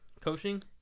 Coaching